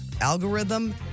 algorithm